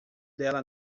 dela